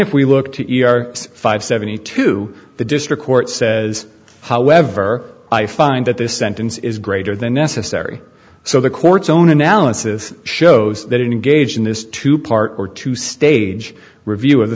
if we look to five seventy two the district court says however i find that this sentence is greater than necessary so the court's own analysis shows that engage in this two part or two stage review of the